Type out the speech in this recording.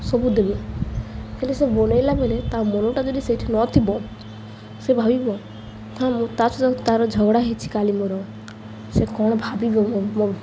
ସବୁ ଦେବେ ହେଲେ ସେ ବନେଇଲା ବେଲେ ତା ମନଟା ଯଦି ସେଇଠି ନଥିବ ସେ ଭାବିବ ତା ମୁଁ ତା ସହିତ ତାର ଝଗଡ଼ା ହେଇଛି କାଲି ମୋର ସେ କ'ଣ ଭାବିବ ମୋ